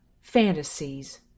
fantasies